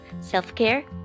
self-care